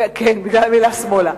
כן, בגלל המלה "שמאלה".